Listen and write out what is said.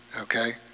okay